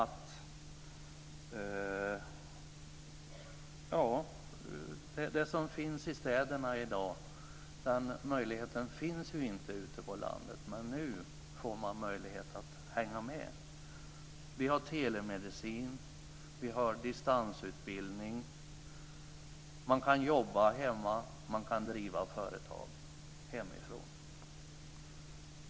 De möjligheter som finns i städerna i dag finns ju inte ute på landet. Men nu får man möjlighet att hänga med. Vi har telemedicin och distansutbildning. Man kan jobba hemma och driva företag hemifrån.